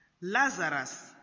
Lazarus